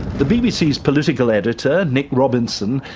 the bbc's political editor, nick robinson,